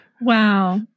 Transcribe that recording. Wow